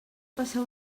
passar